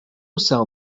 sell